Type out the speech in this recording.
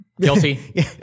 Guilty